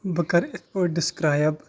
بہٕ کَرٕ یِتھ پٲٹھۍ ڈِسکرٛایب